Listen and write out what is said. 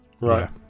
Right